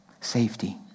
safety